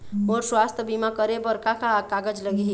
मोर स्वस्थ बीमा करे बर का का कागज लगही?